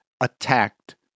attacked